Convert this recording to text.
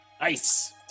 nice